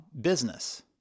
business